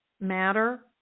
matter